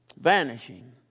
vanishing